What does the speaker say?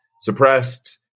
suppressed